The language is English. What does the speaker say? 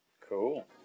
Cool